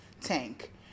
tank